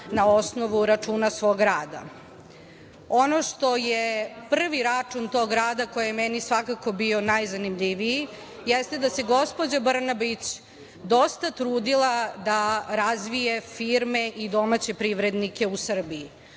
na osnovu računa svog rada. Ono što je prvi račun toga rada koji je meni svakako bio najzanimljiviji jeste da se gospođa Brnabić dosta trudila da razvije firme i domaće privrednike u Srbiji.